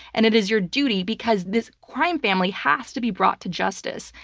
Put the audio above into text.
and it is your duty, because this crime family has to be brought to justice.